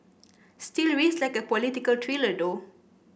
still reads like a political thriller though